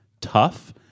tough